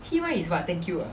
T one is what thank you